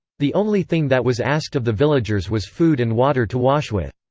the only thing that was asked of the villagers was food and water to wash with.